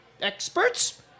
experts